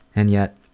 and yet,